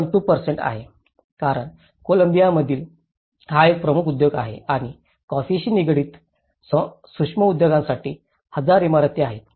2 आहे कारण कोलंबियामधील हा एक प्रमुख उद्योग आहे आणि कॉफीशी संबंधित सूक्ष्म उद्योगांसाठी 1000 इमारती आहेत